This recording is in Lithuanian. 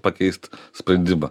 pakeist sprendimą